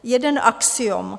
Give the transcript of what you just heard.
Jeden axiom.